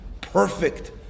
perfect